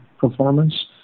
performance